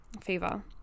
Fever